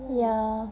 ya